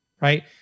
right